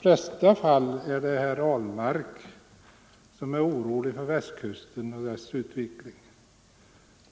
flesta fall är det herr Ahlmark som är orolig för Västkusten och dess utveckling.